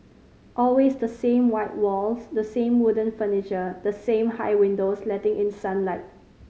always the same white walls the same wooden furniture the same high windows letting in sunlight